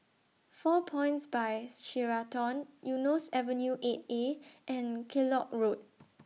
four Points By Sheraton Eunos Avenue eight A and Kellock Road